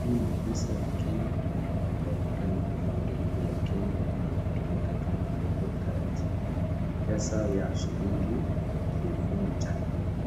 Hii ni pesa ya Kenya, inayokubalika na benki kuu ya Kenya inayotumika local currency pesa ya shilingi elfu moja,